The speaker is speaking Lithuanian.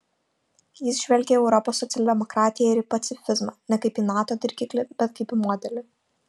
jis žvelgia į europos socialdemokratiją ir į pacifizmą ne kaip į nato dirgiklį bet kaip į modelį